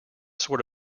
sort